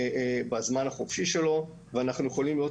בזמן החופשי שלו ואנחנו יכולים להיות